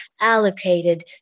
allocated